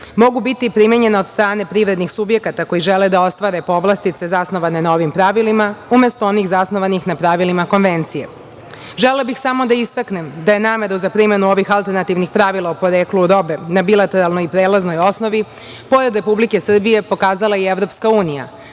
mogu biti primenjena od strane privrednih subjekata koji žele da ostvare povlastice zasnovane na ovim pravilima, umesto onih zasnovanih na pravilima konvencije. Želela bih samo da istaknem da je nameru za primenu ovih aletrnativnih pravila o poreklu robe na bilateralnoj i prelaznoj osnovi, pored Republike Srbije, pokazala i EU, sve CEFTA